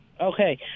Okay